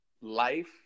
life